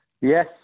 Yes